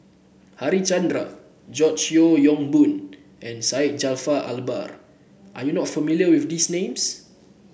Harichandra George Yeo Yong Boon and Syed Jaafar Albar are you not familiar with these names